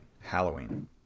Halloween